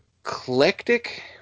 eclectic